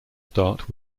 start